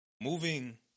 moving